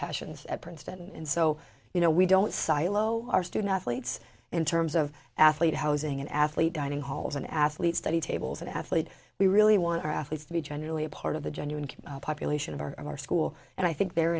passions at princeton and so you know we don't silo our student athletes in terms of athlete housing an athlete dining hall as an athlete study tables an athlete we really want our athletes to be generally a part of the genuine population of our of our school and i think the